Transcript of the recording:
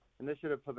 initiative